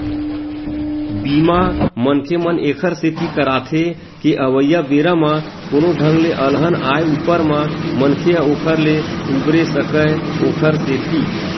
बीमा, मनखे मन ऐखर सेती करवाथे के अवइया बेरा म कोनो ढंग ले अलहन आय ऊपर म मनखे ह ओखर ले उबरे सकय ओखर सेती